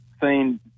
seen